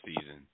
season